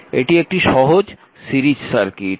এটি একটি সহজ সিরিজ সার্কিট